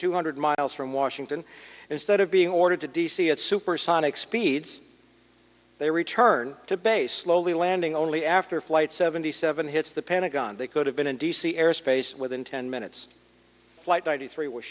two hundred miles from washington instead of being ordered to d c at supersonic speeds they return to base slowly landing only after flight seventy seven hits the pentagon they could have been in d c airspace within ten minutes flight ninety three was